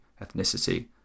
ethnicity